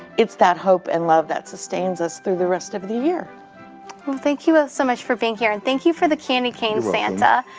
it's that hope and love that sustains us through the rest of the year. well thank you so much for being here, and thank you for the candy cane, santa.